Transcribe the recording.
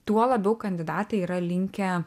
tuo labiau kandidatai yra linkę